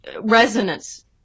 resonance